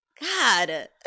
God